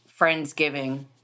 Friendsgiving